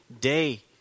day